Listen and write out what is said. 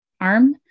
arm